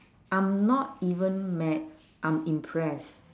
I'm not even mad I'm impressed